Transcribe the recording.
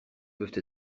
peuvent